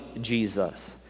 Jesus